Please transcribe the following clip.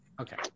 Okay